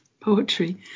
poetry